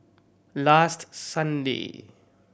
last Sunday